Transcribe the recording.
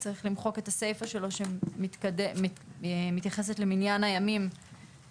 צריך למחוק את הסיפה שלו שמתייחסת למניין הימים של